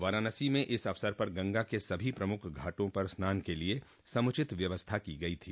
वाराणसी में इस अवसर पर गंगा के सभी प्रमुख घाटों पर स्नान के लिये समुचित व्यवस्था की गई थी